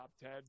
Ted